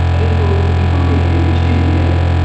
ارے تو بالکل بھی نہیں ہے کچھ بھی نہیں ہے